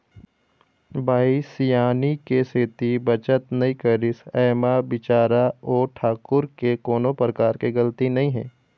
बाई सियानी के सेती बचत नइ करिस ऐमा बिचारा ओ ठाकूर के कोनो परकार के गलती नइ हे